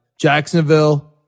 Jacksonville